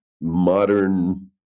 modern